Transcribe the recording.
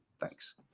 Thanks